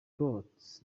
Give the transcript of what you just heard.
plots